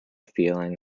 feeling